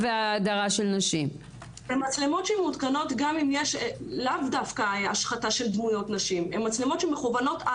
ובתי המשפט אפילו לא יכולים לבחון איך הם מסווגים ואיך הם רוצים